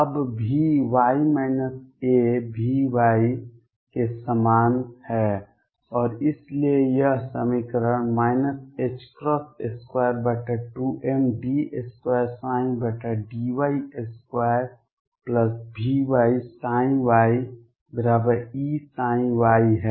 अब V V के समान है और इसलिए यह समीकरण 22md2dy2VyyEψy है